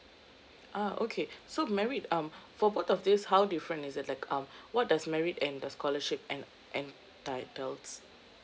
ah okay so merit um for both of this how different is it like um what does merit and the scholarship en~ entitles